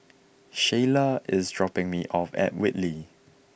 Sheyla is dropping me off at Whitley